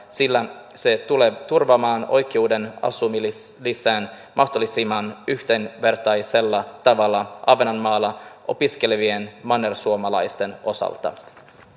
sillä se tulee turvaamaan oikeuden asumislisään mahdollisimman yhdenvertaisella tavalla ahvenanmaalla opiskelevien mannersuomalaisten osalta